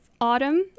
autumn